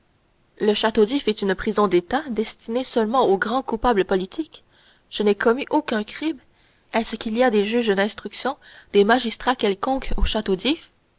le château d'if est une prison d'état destinée seulement aux grands coupables politiques je n'ai commis aucun crime est-ce qu'il y a des juges d'instruction des magistrats quelconques au château d'if